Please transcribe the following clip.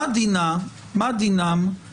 מה דינם של